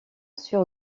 sur